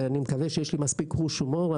אני מקווה שיש לי מספיק חוש הומור,